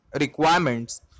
requirements